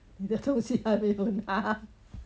你的东西还没有拿